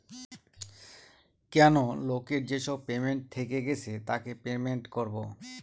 কেনো লোকের যেসব পেমেন্ট থেকে গেছে তাকে পেমেন্ট করবো